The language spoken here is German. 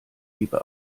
liebe